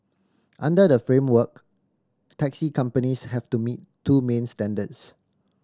under the framework taxi companies have to meet two main standards